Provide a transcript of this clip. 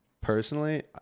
personally